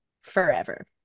forever